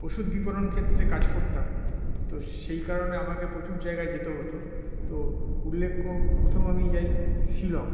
ওষুধ বিতরণ ক্ষেত্রে কাজ করতাম তো সেই কারণে আমাকে প্রচুর জায়গায় যেতে হতো তো উল্লেখ প্রথম আমি যাই শিলং